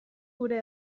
gure